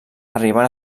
arribant